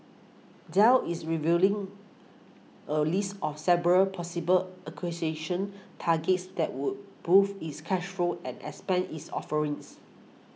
Dell is reviewing a list of several possible acquisition targets that would boost its cash flow and expand its offerings